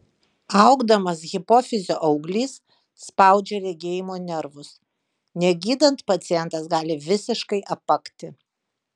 augdamas hipofizio auglys spaudžia regėjimo nervus negydant pacientas gali visiškai apakti